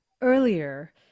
earlier